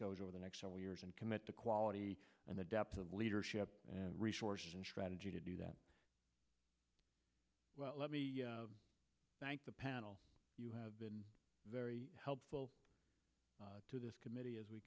goes over the next several years and commit the quality and the depth of leadership and resources and strategy to do that well let me thank the panel you have been very helpful to this committee as we